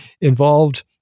involved